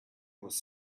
was